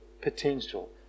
potential